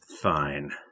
Fine